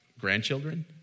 grandchildren